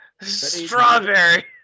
Strawberry